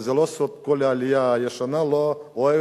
וזה לא סוד: כל עלייה ישנה לא אוהבת,